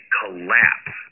collapse